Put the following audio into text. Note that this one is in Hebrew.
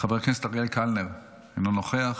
חבר הכנסת אריאל קלנר, אינו נוכח,